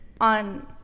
on